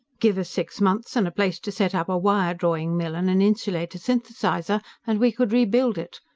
give us six months and a place to set up a wire-drawing mill and an insulator synthesizer, and we could rebuild it.